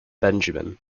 benjamin